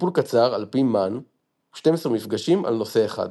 טיפול קצר עפ"י Mann הוא 12 מפגשים על נושא אחד.